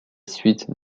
suite